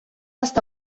està